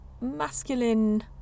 masculine